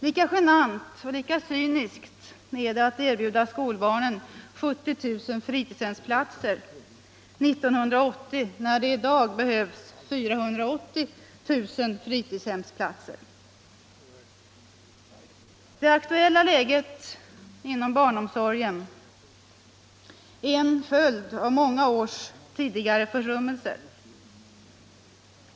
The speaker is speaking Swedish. Lika genant och lika cyniskt är det att erbjuda skolbarnen 70 000 fritidshemsplatser 1980, när det i dag behövs 480 000 sådana platser. Det aktuella läget inom barnomsorgen är en följd av många års tidigare försummelser.